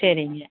சரிங்க